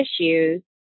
issues